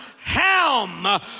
Ham